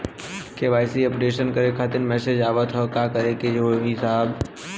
KYC updation करें खातिर message आवत ह का करे के होई साहब?